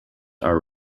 are